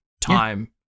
time